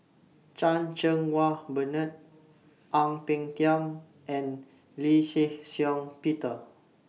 Chan Cheng Wah Bernard Ang Peng Tiam and Lee Shih Shiong Peter